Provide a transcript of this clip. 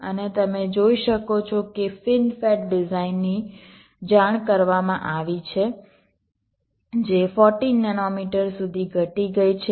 અને તમે જોઈ શકો છો કે ફીનફેટ ડિઝાઇનની જાણ કરવામાં આવી છે જે 14 નેનોમીટર સુધી ઘટી ગઈ છે